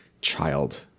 child